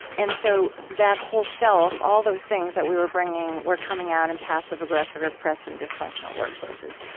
and so that whole self, all those things that we were bringing were coming out in passive-aggressive, repressed, and dysfunctional workplaces.